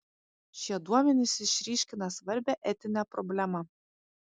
šie duomenys išryškina svarbią etinę problemą